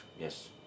yes